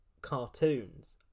cartoons